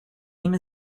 game